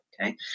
okay